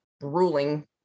ruling